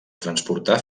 transportar